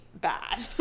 bad